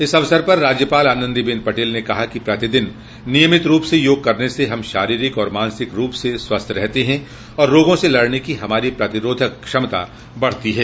इस अवसर पर राज्यपाल आनंदीबेन पटेल ने कहा कि प्रतिदिन नियमित रूप से योग करने से हम शारीरिक एवं मानसिक रूप से स्वस्थ रहते हैं तथा रोगों से लड़ने की हमारी प्रतिरोधक क्षमता बढ़ती है